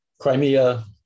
Crimea